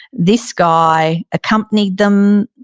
this guy accompanied them,